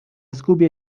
zgubię